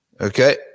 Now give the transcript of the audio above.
okay